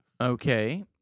Okay